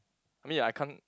I mean I can't